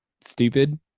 stupid